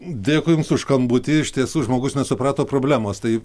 dėkui jums už skambutį iš tiesų žmogus nesuprato problemos tai